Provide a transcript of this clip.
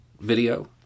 video